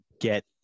get